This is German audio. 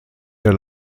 der